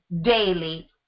daily